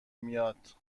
میاد